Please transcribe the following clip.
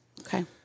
Okay